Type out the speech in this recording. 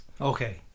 Okay